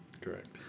Correct